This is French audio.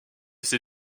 ces